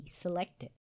selected